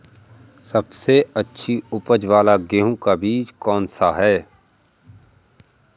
सबसे अच्छी उपज वाला गेहूँ का बीज कौन सा है?